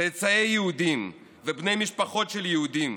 צאצאי יהודים ובני משפחות של יהודים,